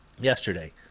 yesterday